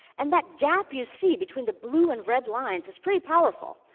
and that gap you see between the blue and red lines is pretty powerful.